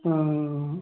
हाँ